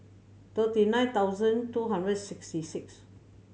thirty nine thousand two hundred sixty six